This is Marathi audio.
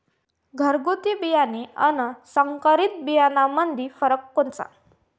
घरगुती बियाणे अन संकरीत बियाणामंदी फरक कोनचा?